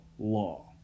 law